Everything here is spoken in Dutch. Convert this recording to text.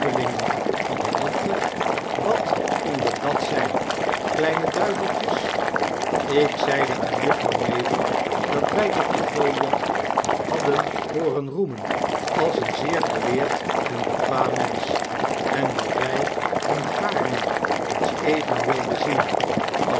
van den dokter wat konden dat zyn kleine duiveltjes ik zeide aan juffrouw mavor dat wy dokter goliath hadden hooren roemen als eenzeergeleerd en bekwaam mensch en dat wj hem gaarne eens even wilden zien